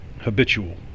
habitual